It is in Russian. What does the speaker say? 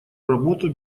работу